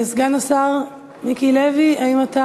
סגן השר מיקי לוי, האם אתה